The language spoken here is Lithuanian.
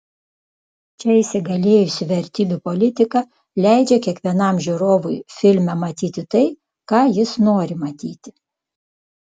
čia įsigalėjusi vertybių politika leidžia kiekvienam žiūrovui filme matyti tai ką jis nori matyti